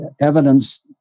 evidence